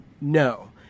no